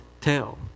tell